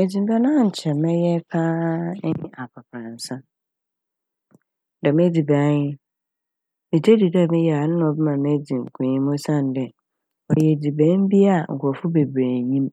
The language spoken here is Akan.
Edziban a nkyɛ mɛyɛ paa enye aprapransa. Dɛm edziban yi megye dzi dɛ ɔna na meyɛɛ a ɔbɛma medzi nkonyim osiandɛ ɔyɛ edziban bi a nkorɔfo bebree nnyim